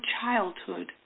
childhood